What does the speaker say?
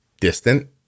distant